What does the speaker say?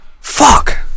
Fuck